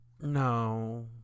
No